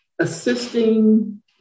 assisting